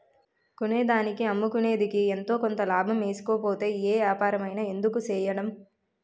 కొన్నదానికి అమ్ముకునేదికి ఎంతో కొంత లాభం ఏసుకోకపోతే ఏ ఏపారమైన ఎందుకు సెయ్యడం?